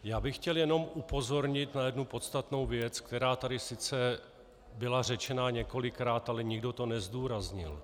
Já bych chtěl jenom upozornit na jednu podstatnou věc, která tady sice byla řečena několikrát, ale nikdo to nezdůraznil.